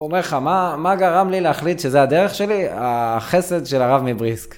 אומר לך, מה גרם לי להחליט שזה הדרך שלי? החסד של הרב מבריסק.